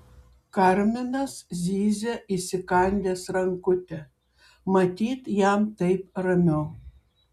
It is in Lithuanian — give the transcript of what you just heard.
karminas zyzia įsikandęs rankutę matyt jam taip ramiau